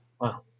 Wow